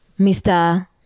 Mr